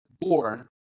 born